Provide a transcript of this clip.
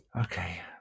Okay